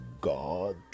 God